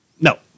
No